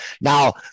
Now